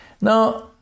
Now